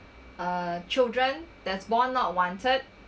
uh children that's born not wanted